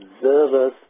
observers